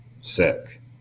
sick